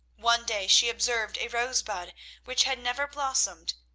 one day she observed a rose-bud which had never blossomed.